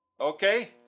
Okay